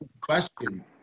question